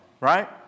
right